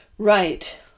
Right